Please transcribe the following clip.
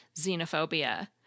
xenophobia